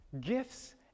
Gifts